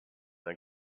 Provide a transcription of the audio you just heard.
ein